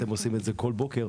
אתם עושים את זה כל בוקר.